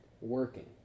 working